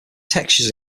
textures